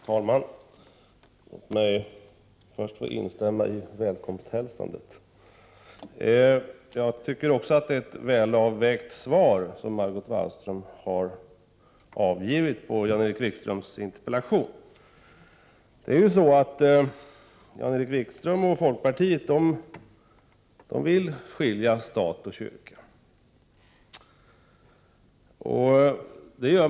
Herr talman! Låt mig först få instämma i välkomsthälsandet. Också jag tycker att Margot Wallström avgivit ett väl avvägt svar på Jan-Erik Wikströms interpellation. Jan-Erik Wikström och folkpartiet vill skilja staten och kyrkan.